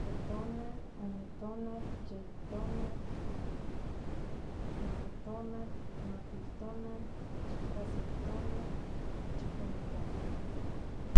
Se tonal ome tonal yei tonal nahui tonal makuili tonal chikuase tonal chikome tonal.